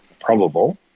probable